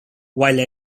while